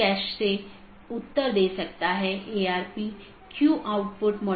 प्रत्येक AS के पास इष्टतम पथ खोजने का अपना तरीका है जो पथ विशेषताओं पर आधारित है